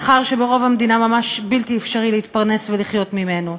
שכר שברוב המדינה ממש בלתי אפשרי להתפרנס ולחיות ממנו.